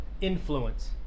influence